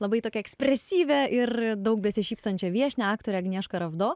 labai tokią ekspresyvią ir daug besišypsančią viešnią aktorę agniešką ravdo